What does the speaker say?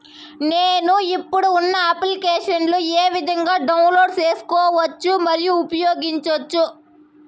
నేను, ఇప్పుడు ఉన్న అప్లికేషన్లు ఏ విధంగా డౌన్లోడ్ సేసుకోవచ్చు మరియు ఉపయోగించొచ్చు?